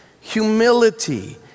humility